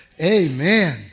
amen